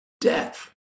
Death